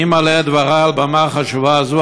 אני מעלה את דברי על במה חשובה זו,